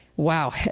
Wow